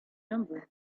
rumbling